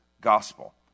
gospel